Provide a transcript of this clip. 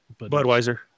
Budweiser